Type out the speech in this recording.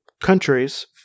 countries